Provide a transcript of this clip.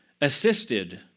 assisted